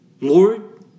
Lord